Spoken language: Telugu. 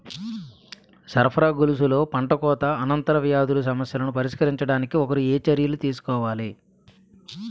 సరఫరా గొలుసులో పంటకోత అనంతర వ్యాధుల సమస్యలను పరిష్కరించడానికి ఒకరు ఏ చర్యలు తీసుకోవాలి?